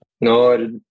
No